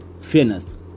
Fairness